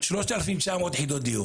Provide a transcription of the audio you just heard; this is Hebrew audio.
3,900 יחידות דיור.